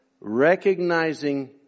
Recognizing